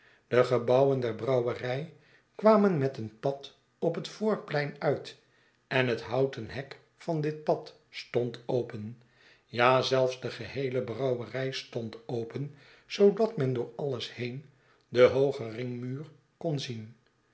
de gebouwen der brouwerij kwamen met een pad op het voorplein uit en het houten hek van dit pad stond open ja zelfs de geheele brouwerij stond open zoodat men door alles heen den hoogen ringmuur kon zien